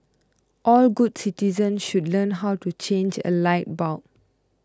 all good citizens should learn how to change a light bulb